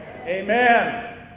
Amen